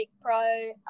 Pro